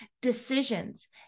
decisions